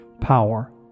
Power